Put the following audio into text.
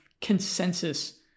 consensus